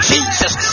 Jesus